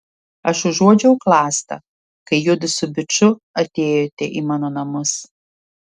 aš užuodžiau klastą kai judu su biču atėjote į mano namus